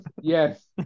Yes